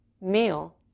meal